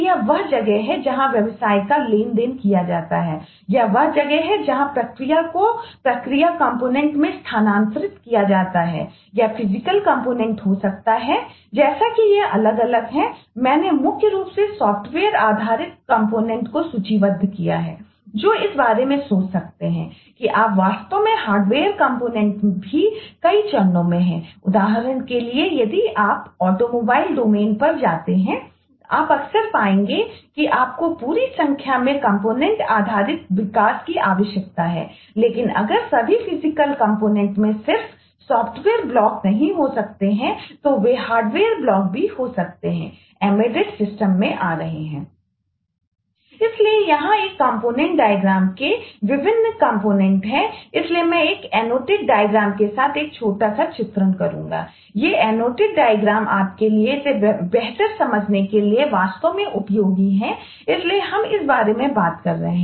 इसलिए यहां एक कॉम्पोनेंट डायग्रामहैं जिन्हें हम बना रहे हैं